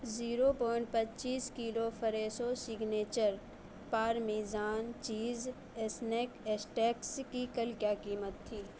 zero point پچیس kilo Fresho signature parmesan cheese snack sticks کی کل کیا قیمت تھی